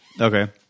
Okay